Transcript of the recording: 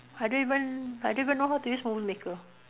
I don't even I don't even know how to use movie maker